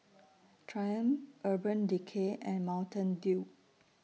Triumph Urban Decay and Mountain Dew